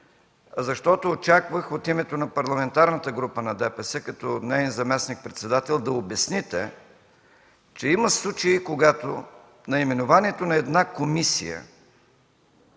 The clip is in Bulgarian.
защото очаквах от името на Парламентарната група на Движението за права и свободи като неин заместник-председател да обясните, че има случаи, когато наименованието на една комисия